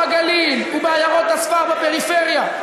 היא מעודדת אנשים להתיישב בנגב ובגליל ובעיירות הספר בפריפריה,